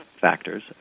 factors